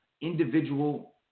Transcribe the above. individual